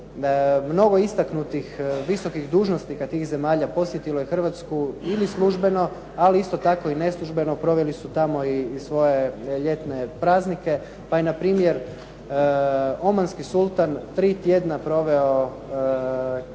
Mnogo istaknutih visokih dužnosnika tih zemalja posjetilo je Hrvatsku ili službeno, ali isto tako i neslužbeno. Proveli su tamo i svoje ljetne praznike, pa je npr. Omanski sultan 3 tjedna proveo na